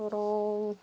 அப்புறம்